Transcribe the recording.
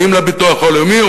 האם לביטוח הלאומי,